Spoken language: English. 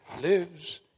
lives